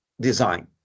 design